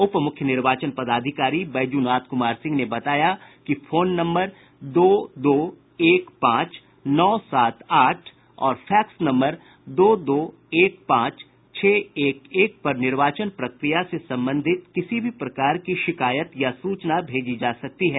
उप मूख्य निर्वाचन पदाधिकारी बैजूनाथ कूमार सिंह ने बताया कि फोन नम्बर दो दो एक पांच नौ सात आठ और फैक्स नम्बर दो दो एक पांच छह एक एक पर निर्वाचन प्रक्रिया से संबंधित किसी भी प्रकार की शिकायत या सूचना भेजी जा सकती है